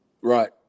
Right